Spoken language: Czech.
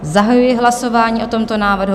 Zahajuji hlasování o tomto návrhu.